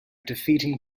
defeating